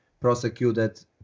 prosecuted